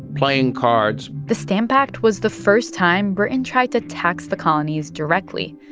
playing cards the stamp act was the first time britain tried to tax the colonies directly.